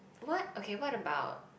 what okay what about